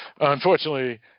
Unfortunately